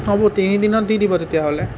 হ'ব তিনিদিনত দি দিব তেতিয়াহ'লে